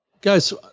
Guys